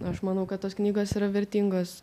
aš manau kad tos knygos yra vertingos